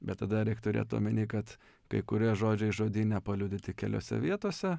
bet tada reik turėt omeny kad kai kurie žodžiai žodyne paliudyti keliose vietose